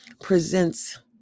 presents